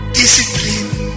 discipline